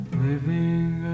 living